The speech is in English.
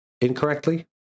incorrectly